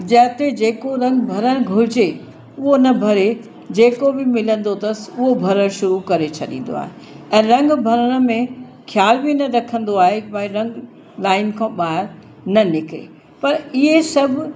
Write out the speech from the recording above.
जिते जहिड़ो रंग भरण घुरिजे उहो न भरे जेको बि मिलंदो अथसि उहो भरणु शुरू करे छॾींदो आहे ऐं रंग भरण में ख़्याल बि न रखंदो आहे भई रंग लाइन खां ॿाहिरि न निकिरे पर इहे सभु